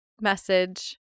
message